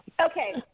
Okay